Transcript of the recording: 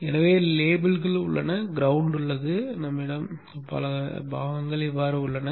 எனவே லேபிள்கள் உள்ளன கிரௌண்ட் உள்ளது எங்களிடம் கூறுகள் உள்ளன